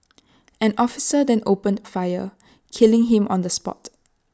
an officer then opened fire killing him on the spot